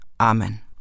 Amen